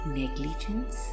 negligence